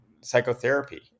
psychotherapy